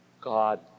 God